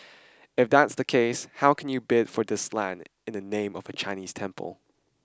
if that's the case how can you bid for this land in the name of a Chinese temple